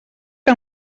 que